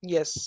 Yes